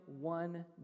one